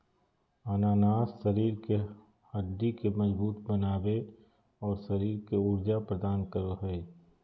अनानास शरीर के हड्डि के मजबूत बनाबे, और शरीर के ऊर्जा प्रदान करो हइ